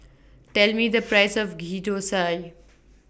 Tell Me The Price of Ghee Thosai